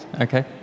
Okay